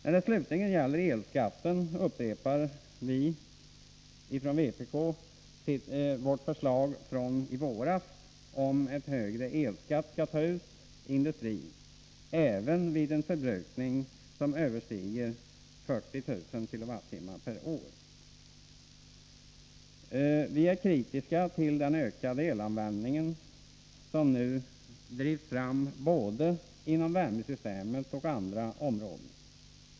När det slutligen gäller elskatten upprepar vpk sitt förslag från i våras om att högre elskatt skall tas ut i industrin även vid en förbrukning som överstiger 40 000 kWh/år. Vi är kritiska till den ökande elanvändningen inom både värmesystemet och andra områden.